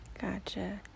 gotcha